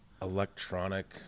Electronic